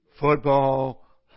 Football